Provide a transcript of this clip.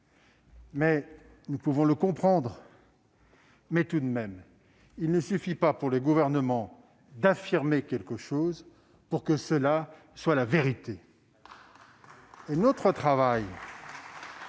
nous pouvons le comprendre, mais tout de même : il ne suffit pas que les gouvernements affirment quelque chose pour que cela soit la vérité ! Très bien ! Le travail